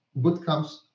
bootcamps